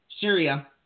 Syria